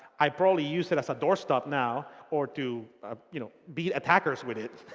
i probably use it as a doorstop now or to ah you know beat attackers with it.